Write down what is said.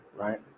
right